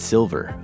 Silver